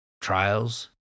Trials